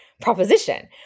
proposition